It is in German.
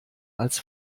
als